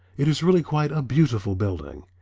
it is really quite a beautiful building.